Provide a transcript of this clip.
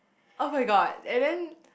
oh my god and then